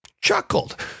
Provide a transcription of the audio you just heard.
chuckled